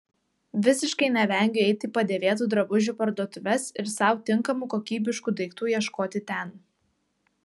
visiškai nevengiu eiti į padėvėtų drabužių parduotuves ir sau tinkamų kokybiškų daiktų ieškoti ten